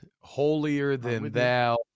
holier-than-thou